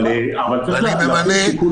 מכלל המדינות,